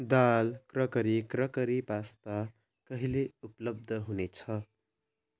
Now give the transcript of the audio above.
दाल crockery crockery pasta कहिले उपलब्ध हुनेछ